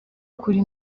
kuri